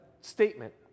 statement